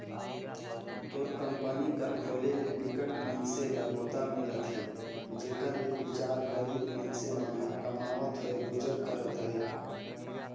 तोर कंपनी कर खोले ले बिकट मइनसे ल बूता मिले हे जेखर ले बिचार गरीब मइनसे मन ह कमावत होय गुजर करत अहे